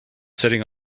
sitting